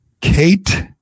Kate